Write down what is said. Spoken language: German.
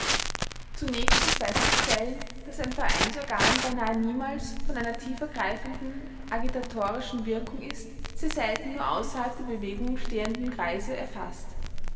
zunächst ist festzustellen daß ein vereinsorgan beinahe niemals von einer tiefergreifenden agitatorischen wirkung ist sehr selten nur außerhalb der bewegung stehende kreise erfaßt